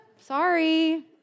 Sorry